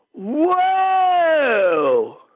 Whoa